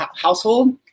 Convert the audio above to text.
household